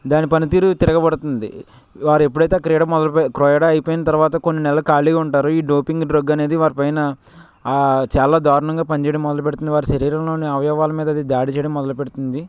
దాని పనితీరు తిరగబడుతుంది వారు ఎప్పుడైతే క్రీడ మొదలుపె క్రీడా అయిపోయిన తర్వాత కొన్ని నెలలు ఖాళీగా ఉంటారు ఈ డోపింగ్ డ్రగ్ అనేది వారి పైన చాలా దారుణంగా పనిచేయడం మొదలుపెడుతుంది వారి శరీరంలోని అవయవాల మీద అది దాడి చేయడం మొదలు పెడుతుంది